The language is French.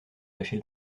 lâcher